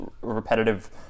repetitive